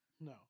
No